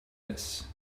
this